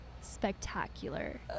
spectacular